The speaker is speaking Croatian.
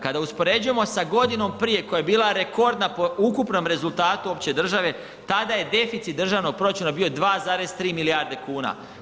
Kada uspoređujemo sa godinom prije koja je bila rekordna po ukupnom rezultatu uopće države, tada je deficit državnog proračuna bio 2,3 milijarde kuna.